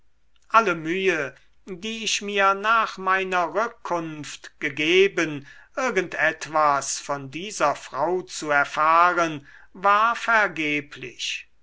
alle mühe die ich mir nach meiner rückkunft gegeben irgend etwas von dieser frau zu erfahren war vergeblich